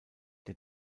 der